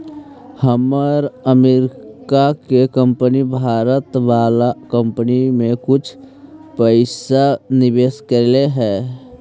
हमार अमरीका के कंपनी भारत वाला कंपनी में कुछ पइसा निवेश कैले हइ